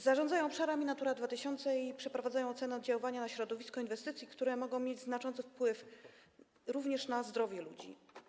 Zarządzają obszarami Natura 2000 i przeprowadzają ocenę oddziaływania na środowisko inwestycji, które mogą mieć znaczący wpływ również na zdrowie ludzi.